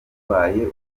bwabaye